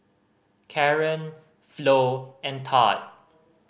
Caren Flo and Todd